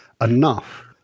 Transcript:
enough